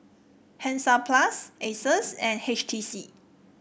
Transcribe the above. Hansaplast Asus and H T C